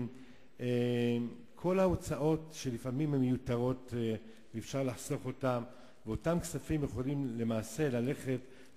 נציגים בעמותה הזאת ובעמותה השנייה ואלה כמעט אותן